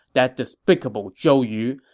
that despicable zhou yu,